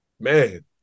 Man